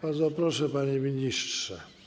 Bardzo proszę, panie ministrze.